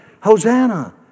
Hosanna